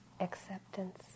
acceptance